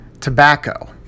tobacco